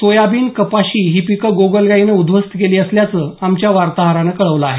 soybean कपाशी ही पिकं गोगलगाईनं उध्वस्त केली असल्याचं आमच्या वार्ताहरानं कळवलं आहे